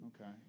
Okay